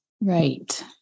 Right